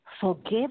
forgive